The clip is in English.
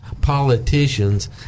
politicians